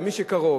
ומי שקרוב,